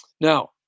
Now